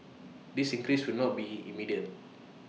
this increase will not be immediate